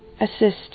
assist